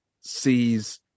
sees